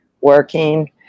working